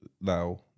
Now